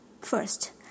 First